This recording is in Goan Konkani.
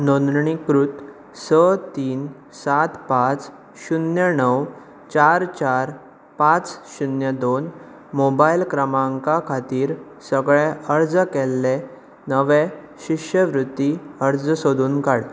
नोंदणीकृत स तीन सात पांच शुन्य णव चार चार पांच शुन्य दोन मोबायल क्रमांका खातीर सगळे अर्ज केल्ले नवे शिश्यवृत्ती अर्ज सोदून काड